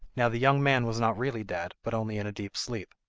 now the young man was not really dead, but only in a deep sleep.